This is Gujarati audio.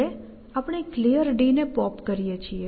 હવે આપણે આ Clear ને પોપ કરીએ છીએ